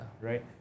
right